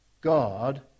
God